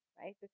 right